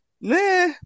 Nah